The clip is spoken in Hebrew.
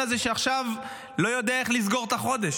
הזה שעכשיו לא יודע איך לסגור את החודש?